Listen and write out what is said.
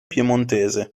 piemontese